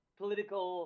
political